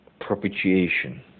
propitiation